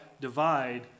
divide